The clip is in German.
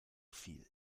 viel